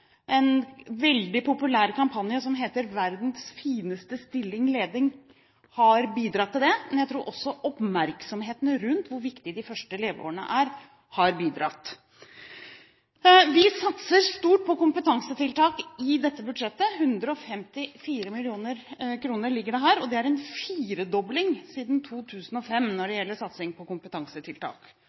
En veldig populær kampanje som heter «Verdens fineste stilling ledig», har bidratt til det. Men jeg tror også oppmerksomheten rundt hvor viktig de første leveårene er, har bidratt. Vi satser stort på kompetansetiltak i dette budsjettet – 154 mill. kr ligger det her. Det er en firedobling siden 2005 når det gjelder satsing på kompetansetiltak.